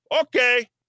okay